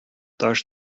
таш